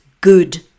good